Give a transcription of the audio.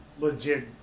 legit